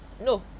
no